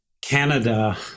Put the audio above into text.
Canada